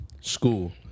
school